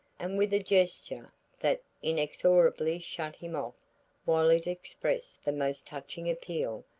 and with a gesture that inexorably shut him off while it expressed the most touching appeal,